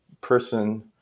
person